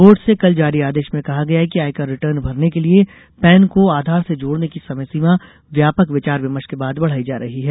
board से कल जारी आदेश में कहा गया है कि आयकर रिटर्न भरने के लिए पैन को आधार से जोड़ने की समय सीमा व्यापक विचार विमर्श के बाद बढ़ाई जा रही है